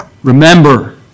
remember